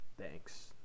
thanks